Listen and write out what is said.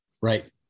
Right